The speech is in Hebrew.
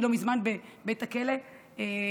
לא מזמן הייתי בבית הכלא ברמלה.